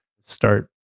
start